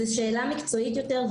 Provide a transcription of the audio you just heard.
זאת שאלה מקצועית יותר.